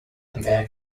their